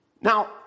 Now